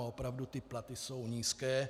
A opravdu ty platy jsou nízké.